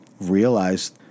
realize